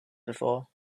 before